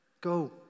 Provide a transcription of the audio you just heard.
go